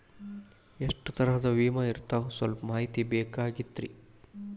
ಎಷ್ಟ ತರಹದ ವಿಮಾ ಇರ್ತಾವ ಸಲ್ಪ ಮಾಹಿತಿ ಬೇಕಾಗಿತ್ರಿ